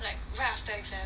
like right after exam